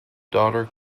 daughter